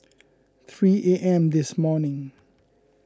three A M this morning